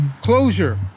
closure